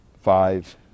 Five